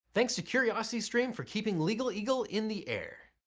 thanks to curiosity stream for keeping legal eagle in the air.